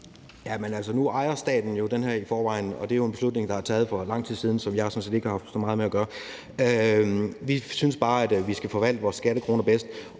nu ejer staten den her i forvejen, og det er jo en beslutning, der er taget for lang tid siden. Så det har vi sådan set ikke haft så meget at gøre med. Vi synes bare, at vi skal forvalte vores skattekroner bedst